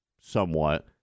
somewhat